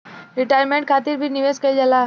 retirement खातिर भी निवेश कईल जाला